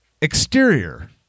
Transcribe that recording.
Exterior